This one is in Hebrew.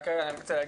כאן לא רק שיש